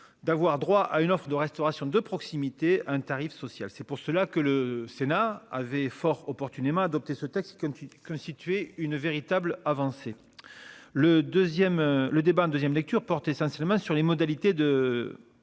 D'avoir droit à une offre de restauration de proximité un tarif social, c'est pour cela que le Sénat avait fort opportunément adopté ce texte qui ont constitué une véritable avancée. Le deuxième le débat en deuxième lecture porte essentiellement sur les modalités de